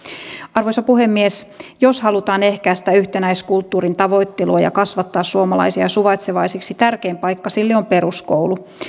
arvoisa puhemies jos halutaan ehkäistä yhtenäiskulttuurin tavoittelua ja kasvattaa suomalaisia suvaitsevaisiksi tärkein paikka sille on peruskoulu